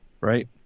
Right